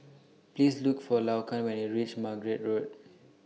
Please Look For Laquan when YOU REACH Margate Road